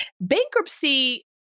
Bankruptcy